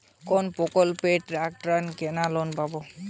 কোন প্রকল্পে ট্রাকটার কেনার লোন পাব?